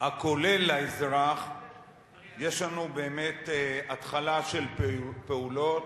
הכולל לאזרח יש לנו באמת התחלה של פעולות.